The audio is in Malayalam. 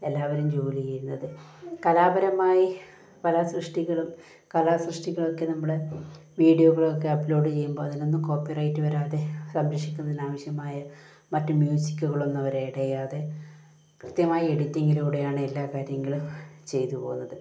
എല്ലാവരും ജോലി ചെയ്യുന്നത് കലാപരമായി പല സൃഷ്ടികളും കലാസൃഷ്ടികൾ ഒക്കെ നമ്മൾ വീഡിയോകളൊക്കെ അപ്ലോഡ് ചെയ്യുമ്പോൾ അത് നമുക്ക് കോപ്പി റൈറ്റ് വരാതെ സംരക്ഷിക്കുന്നതിന് ആവശ്യമായ മറ്റ് മ്യൂസിക്കുകളൊന്നും അവരെ ഇടയാതെ കൃത്യമായി എഡിറ്റിങ്ങിലൂടെയാണ് എല്ലാ കാര്യങ്ങളും ചെയ്തു പോകുന്നത്